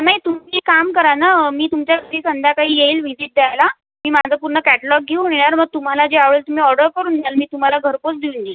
नाही तुम्ही काम करा ना मी तुमच्या घरी संध्याकाळी येईल व्हिजिट द्यायला मी माझा पूर्ण कॅटलॉग घेऊन येणार मग तुम्हाला जे आवडेल तुम्ही ऑर्डर करून द्याल मी तुम्हाला घरपोच देऊन देईल